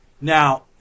Now